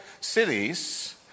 cities